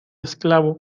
esclavo